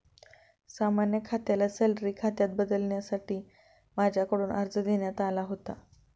सामान्य खात्याला सॅलरी खात्यात बदलण्यासाठी माझ्याकडून अर्ज देण्यात आला होता